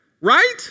Right